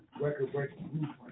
Record-Breaking